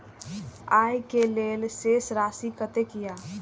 आय के लेल शेष राशि कतेक या?